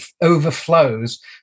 overflows